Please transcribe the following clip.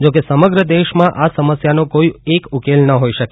જો કે સમગ્ર દેશમાં આ સમસ્યાનો કોઇ એક ઉકેલ ન હોઇ શકે